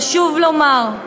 חשוב לומר,